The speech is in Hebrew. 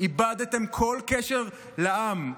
איבדתם כל קשר לעם.